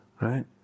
Right